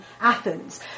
Athens